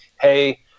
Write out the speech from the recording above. hey